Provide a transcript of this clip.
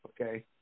Okay